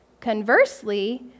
Conversely